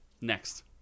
Next